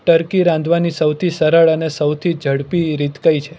turkey રાંધવાની સૌથી સરળ અને સૌથી ઝડપી રીત કઇ છે